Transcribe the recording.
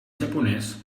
japonès